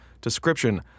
description